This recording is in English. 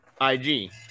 IG